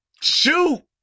shoot